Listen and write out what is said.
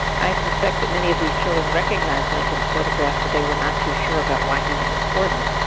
i suspect that many of these children recognized lincoln' s photograph, but they were not too sure about why he was important.